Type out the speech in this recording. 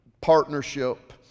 partnership